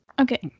Okay